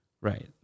Right